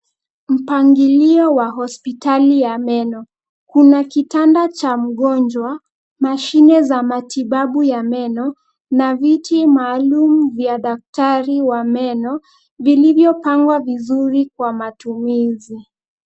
Mpangilio wa hospitali ya meno. Kuna kitanda cha mgonjwa, mashine za matibabu ya meno na viti maalum vya daktari wa meno vilivyopangwa vizuri kwa matumizi.